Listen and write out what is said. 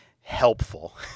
helpful